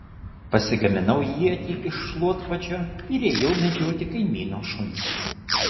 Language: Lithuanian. pasigaminau ietį iš šluotkočio ir ėjau medžioti kaimyno šuns